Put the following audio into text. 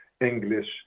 English